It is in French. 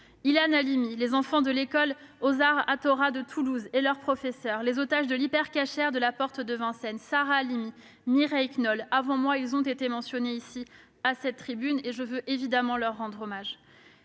Ilan Halimi, les enfants de l'école Ozar Hatorah de Toulouse et leur professeur, les otages de l'Hyper Cacher de la porte de Vincennes, Sarah Halimi, Mireille Knoll. Tous ont été cités à cette tribune et je veux, à mon tour, leur rendre hommage.